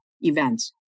events